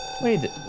wait